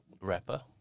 rapper